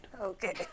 Okay